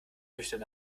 nüchtern